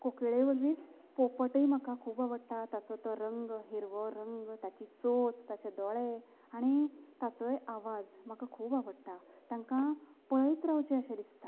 कोकिळे वरवीच पोपटूय म्हाका खूब आवडटा ताचो तो रंग हिरवो रंग ताची चोच ताचे दोळे आनी ताचोय आवाज म्हाका खूब आवडटा तांकां पळयत रावचें अशें दिसता